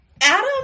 Adam